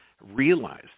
realize